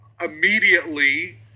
immediately